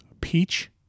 Peach